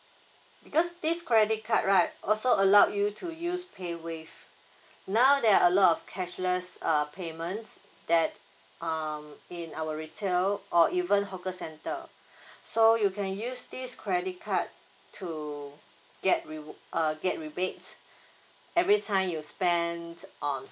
because this credit card right also allowed you to use payWave now there're a lot of cashless err payments that um in our retail or even hawker center so you can use this credit card to get rew~ err get rebates every time you spent on